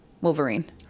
Wolverine